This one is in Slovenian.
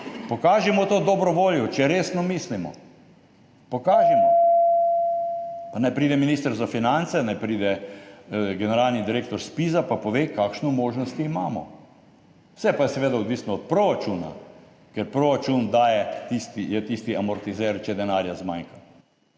Pokažimo to dobro voljo, če resno mislimo. Pokažimo, pa naj pride minister za finance, naj pride generalni direktor Zpiza pa pove, kakšne možnost imamo. Vse pa je seveda odvisno od proračuna, ker proračun je tisti amortizer, če denarja zmanjka.